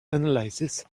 analysis